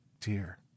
Dear